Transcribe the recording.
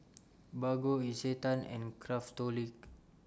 Bargo Isetan and Craftholic